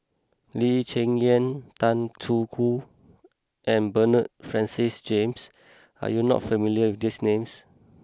Lee Cheng Yan Tan Choo Kai and Bernard Francis James are you not familiar with these names